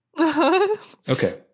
Okay